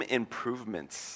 improvements